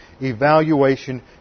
evaluation